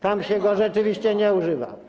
Tam się go rzeczywiście nie używa.